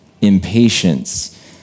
impatience